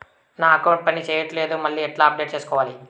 నా అకౌంట్ పని చేయట్లేదు మళ్ళీ ఎట్లా అప్డేట్ సేసుకోవాలి?